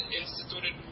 instituted